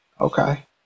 Okay